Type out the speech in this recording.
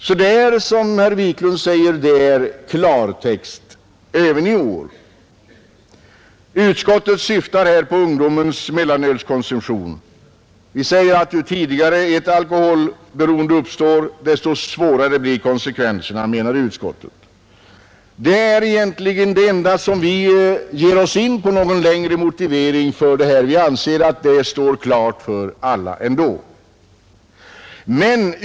Det är alltså som herr Wiklund i Stockholm sade, klartext även i år. Utskottet syftar här på ungdomens mellanölskonsumtion. Vi säger att ju tidigare ett alkoholberoende uppstår, desto svårare blir konsekvenserna. Det är egentligen vår enda motivering; vi anser att skälen är uppenbara för alla.